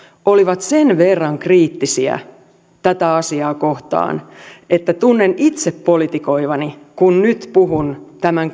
olivat sen verran kriittisiä tätä asiaa kohtaan että tunnen itse politikoivani kun nyt puhun tämän